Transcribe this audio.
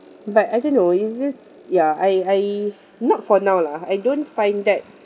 but I don't know it's just ya I I not for now lah I don't find that